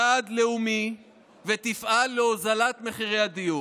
יעד לאומי ותפעל להוזלת מחירי הדיור.